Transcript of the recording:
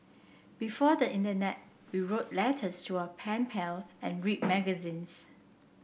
before the internet we wrote letters to our pen pal and read magazines